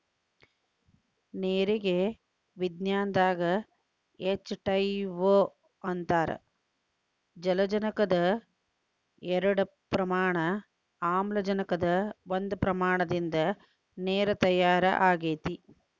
ನೇರಿಗೆ ವಿಜ್ಞಾನದಾಗ H two O ಅಂತಾರ ಜಲಜನಕದ ಎರಡ ಪ್ರಮಾಣ ಆಮ್ಲಜನಕದ ಒಂದ ಪ್ರಮಾಣದಿಂದ ನೇರ ತಯಾರ ಆಗೆತಿ